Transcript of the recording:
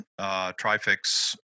Trifix